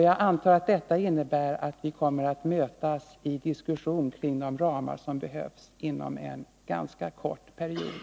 Jag antar att detta innebär att vi kommer att mötas igen i diskussion kring de ramar som behövs inom en ganska kort period.